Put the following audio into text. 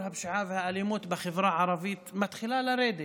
הפשיעה והאלימות בחברה הערבית מתחילה לרדת.